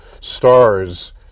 stars